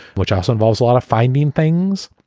which also involves a lot of finding things.